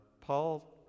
Paul